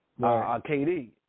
KD